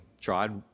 tried